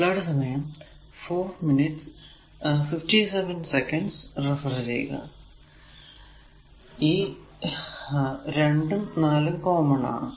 ഈ 2 ഉം 4 ഉം കോമൺ ആണ്